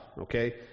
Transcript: okay